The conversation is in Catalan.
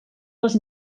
les